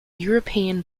european